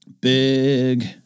Big